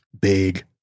big